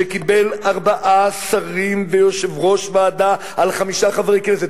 שקיבל ארבעה שרים ויושב-ראש ועדה על חמישה חברי כנסת,